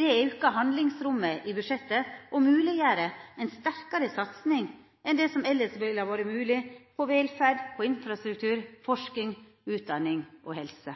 Det aukar handlingsrommet i budsjettet og mogleggjer ei sterkare satsing enn det som elles ville ha vore mogleg på velferd, infrastruktur, forsking, utdanning og helse.